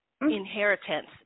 inheritance